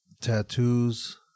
tattoos